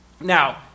Now